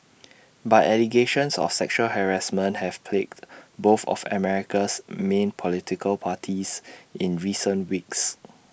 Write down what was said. but allegations of sexual harassment have plagued both of America's main political parties in recent weeks